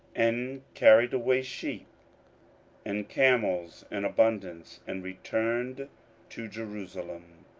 and carried away sheep and camels in abundance, and returned to jerusalem.